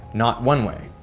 not one way.